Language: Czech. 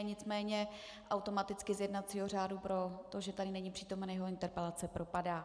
Nicméně automaticky z jednacího řádu proto, že tady není přítomen, jeho interpelace propadá.